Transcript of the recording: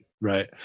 right